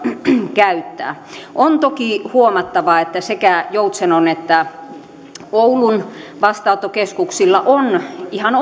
käyttää on toki huomattava että sekä joutsenon että oulun vastaanottokeskuksilla on ihan